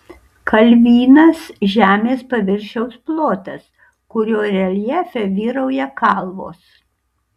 kalvynas žemės paviršiaus plotas kurio reljefe vyrauja kalvos